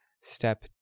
Step